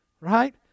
right